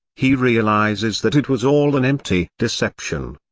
he realizes that it was all an empty deception.